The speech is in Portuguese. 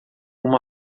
uma